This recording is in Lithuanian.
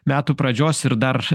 metų pradžios ir dar